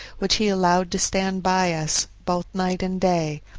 which he allowed to stand by us both night and day,